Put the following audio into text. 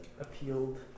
appealed